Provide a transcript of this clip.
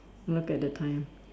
look at the time